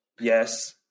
Yes